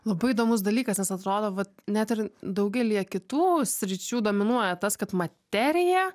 labai įdomus dalykas nes atrodo vat net ir daugelyje kitų sričių dominuoja tas kad materija